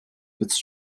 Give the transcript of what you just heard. fitz